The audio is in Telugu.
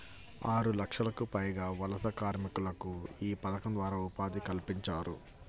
ఆరులక్షలకు పైగా వలస కార్మికులకు యీ పథకం ద్వారా ఉపాధి కల్పించారు